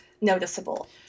noticeable